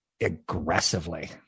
aggressively